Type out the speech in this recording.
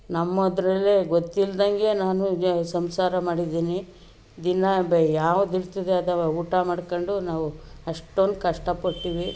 ನಮ್ಮದ್ರಲ್ಲೇ ಗೊತ್ತಿಲ್ದಂಗೆ ನಾನು ಸಂಸಾರ ಮಾಡಿದೀನಿ ದಿನಾ ಬೆ ಯಾವ್ದು ಇರ್ತದೆ ಅದವ ಊಟ ಮಾಡ್ಕೊಂಡು ನಾವು ಅಷ್ಟೊಂದು ಕಷ್ಟ ಪಟ್ಟೀವಿ